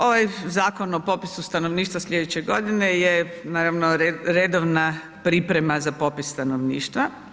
Ovaj Zakon o popisu stanovništva slijedeće godine je naravno redovna priprema za popis stanovništva.